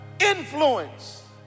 influence